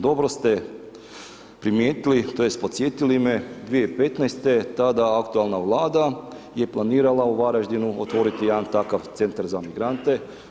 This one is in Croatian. Dobro ste primijetili, tj. podsjetili me, 2015. tada aktualna Vlada je planirala u Varaždinu otvoriti jedan takav centar za migrante.